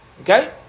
Okay